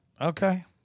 Okay